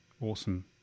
awesome